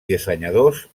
dissenyadors